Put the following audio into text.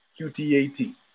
QTAT